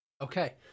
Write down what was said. Okay